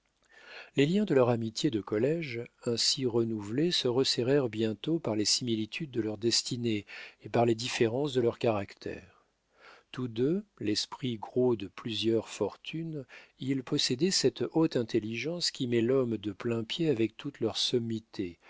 les liens de leur amitié de collége ainsi renouvelés se resserrèrent bientôt par les similitudes de leurs destinées et par les différences de leurs caractères tous deux l'esprit gros de plusieurs fortunes ils possédaient cette haute intelligence qui met l'homme de plain-pied avec toutes les sommités